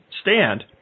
stand